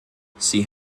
sie